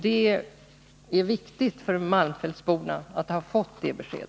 Det är viktigt för malmfältsborna att ha fått det beskedet.